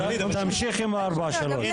ווליד טאהא (רע"מ,